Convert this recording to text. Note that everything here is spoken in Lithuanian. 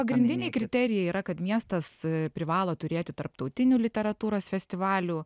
pagrindiniai kriterijai yra kad miestas privalo turėti tarptautinių literatūros festivalių